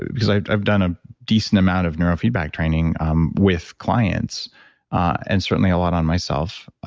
because i've i've done a decent amount of neurofeedback training um with clients and certainly a lot on myself,